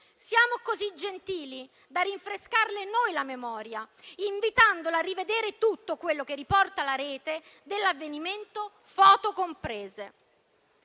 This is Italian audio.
siamo così gentili da rinfrescarle noi la memoria, invitandola a rivedere tutto quello che riporta la Rete dell'avvenimento, foto comprese.